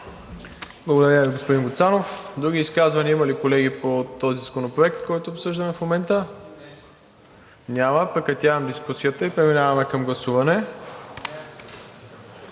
Благодаря Ви, господин Гуцанов. Други изказвания – има ли, колеги, по този законопроект, който обсъждаме в момента? Няма. Прекратявам дискусията и преминаваме към гласуване.